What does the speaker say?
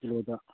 ꯀꯤꯂꯣꯗ